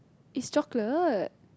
it's chocolate